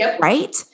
right